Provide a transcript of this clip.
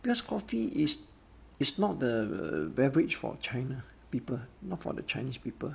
plus coffee it's it's not the beverage for china people not for the chinese people